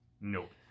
nope